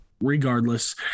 regardless